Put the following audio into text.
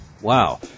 Wow